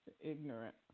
Ignorant